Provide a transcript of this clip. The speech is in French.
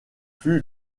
fut